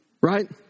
Right